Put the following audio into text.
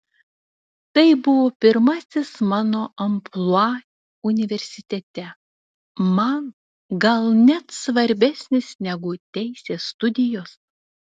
tai buvo pirmasis mano amplua universitete man gal net svarbesnis negu teisės studijos